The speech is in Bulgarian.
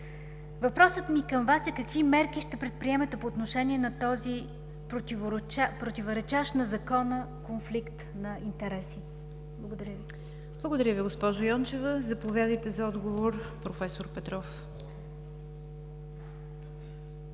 Въпросът ми към Вас е: какви мерки ще предприемете по отношение на този противоречащ на закона конфликт на интереси? Благодаря Ви. ПРЕДСЕДАТЕЛ НИГЯР ДЖАФЕР: Благодаря Ви, госпожо Йончева. Заповядайте за отговор, проф. Петров.